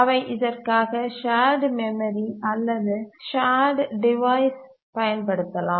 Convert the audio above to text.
அவை இதற்காக short memory அல்லது ஷார்ட்டு டிவைசஸ் பயன்படுத்தலாம்